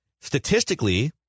Statistically